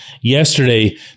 yesterday